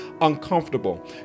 uncomfortable